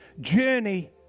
journey